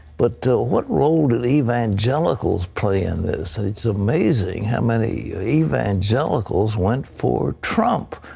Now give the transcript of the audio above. but what role to the evangelicals play in this? it is amazing how many evangelicals went for trump.